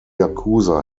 yakuza